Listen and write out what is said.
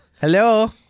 hello